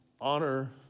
Honor